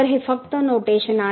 तर हे फक्त नोटेशन आहे